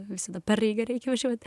visi dabar reikia reikia važiuoti